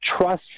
trust